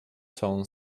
całą